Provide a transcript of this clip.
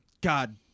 God